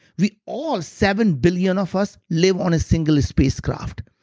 we all seven billion of us live on a single spacecraft.